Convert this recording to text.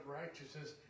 righteousness